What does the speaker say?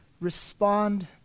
respond